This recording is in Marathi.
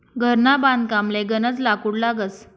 घरना बांधकामले गनज लाकूड लागस